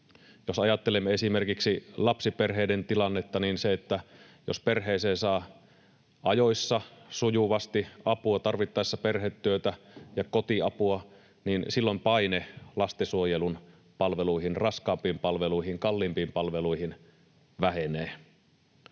Jos ajattelemme esimerkiksi lapsiperheiden tilannetta, niin silloin jos perheeseen saa ajoissa sujuvasti apua, tarvittaessa perhetyötä ja kotiapua, paine lastensuojelun palveluihin, raskaampiin palveluihin, kalliimpiin palveluihin, vähenee.